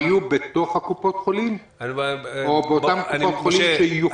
הן יהיו בתוך קופות החולים או באותן קופות חולים שיוכלו לתת?